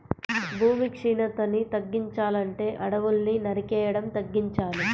భూమి క్షీణతని తగ్గించాలంటే అడువుల్ని నరికేయడం తగ్గించాలి